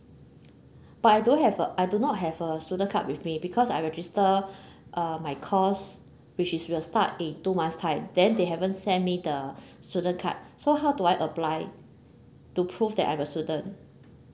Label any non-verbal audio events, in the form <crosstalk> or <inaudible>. but I don't have a I do not have a student card with me because I register <breath> uh my course which is will start in two months' time then they haven't send me the student card so how do I apply to prove that I'm a student